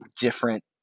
different